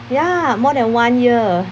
ya more than one year